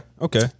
Okay